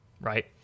right